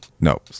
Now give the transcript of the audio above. no